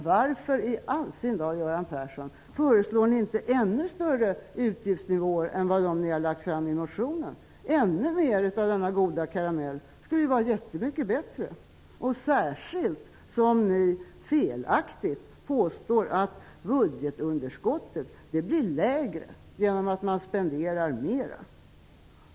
Varför i allsin dar, Göran Persson, föreslår ni inte ännu högre utgiftsnivåer än dem som finns i motionen? Ännu mer av denna goda karamell skulle var mycket bättre, särskilt som ni felaktigt påstår att budgetunderskottet blir lägre genom att man spenderar mer!